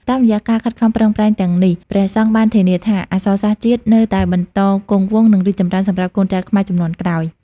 តាមរយៈការខិតខំប្រឹងប្រែងទាំងនេះ ព្រះសង្ឃបានធានាថា អក្សរសាស្ត្រជាតិនៅតែបន្តគង់វង្ស និងរីកចម្រើនសម្រាប់កូនចៅខ្មែរជំនាន់ក្រោយ។